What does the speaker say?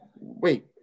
wait